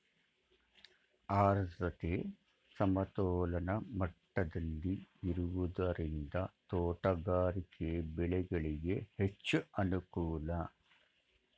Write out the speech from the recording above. ಆದ್ರತೆ ಸಮತೋಲನ ಮಟ್ಟದಲ್ಲಿ ಇರುವುದರಿಂದ ತೋಟಗಾರಿಕೆ ಬೆಳೆಗಳಿಗೆ ಹೆಚ್ಚು ಅನುಕೂಲ